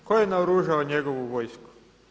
Tko je naoružao njegovu vojsku?